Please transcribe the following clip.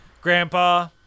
grandpa